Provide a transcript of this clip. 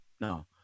no